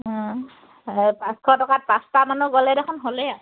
এই পাঁচশ টকাত পাঁচটা মানুহ গ'লে দেখোন হ'লেই আৰু